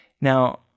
now